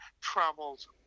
travels